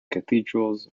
cathedrals